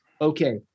Okay